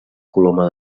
coloma